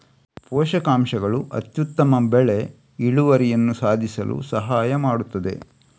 ಪೋಷಕಾಂಶಗಳು ಅತ್ಯುತ್ತಮ ಬೆಳೆ ಇಳುವರಿಯನ್ನು ಸಾಧಿಸಲು ಸಹಾಯ ಮಾಡುತ್ತದೆ